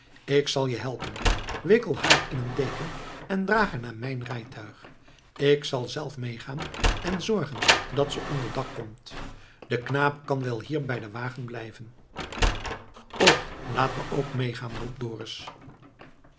ik zal je helpen wikkel haar in een deken en draag haar in mijn rijtuig k zal zelf meegaan en zorgen dat ze onder dak komt de knaap kan wel hier bij den wagen blijven och laat me ook meegaan roept dorus